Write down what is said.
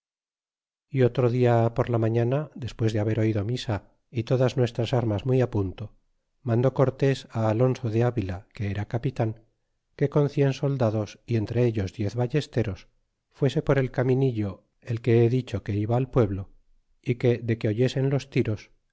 y otro dia por la mañana despues de haber oido misa y todas nuestras armas muy punto mandó cortés á alonso de avila que era capitan que con cien soldados y entre ellos diez ballesteros fuese por el caminillo el que he dicho que iba al pueblo a que de que oyese los tiros